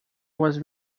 was